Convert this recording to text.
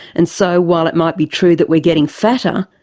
and so while it might be true that we're getting fatter,